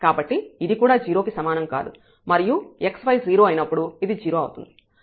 కాబట్టి ఇది కూడా 0 కి సమానం కాదు మరియు xy 0 అయినప్పుడు ఇది 0 అవుతుంది